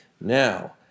Now